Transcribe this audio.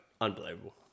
unbelievable